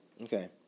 Okay